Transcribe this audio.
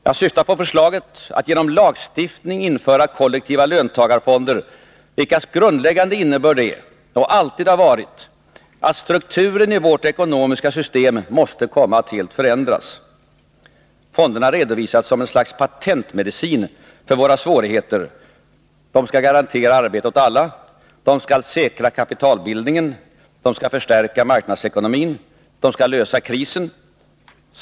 Jag syftar på förslaget att genom lagstiftning införa kollektiva löntagarfonder, vilkas grundläggande innebörd är och alltid har varit att strukturen i vårt ekonomiska system måste komma att helt förändras. Fonderna redovisas som ett slags patentmedicin för våra svårigheter. De skall garantera arbete åt alla, säkra kapitalbildningen, förstärka marknadsekonomin och lösa krisen.